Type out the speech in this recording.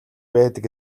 байдаг